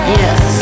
yes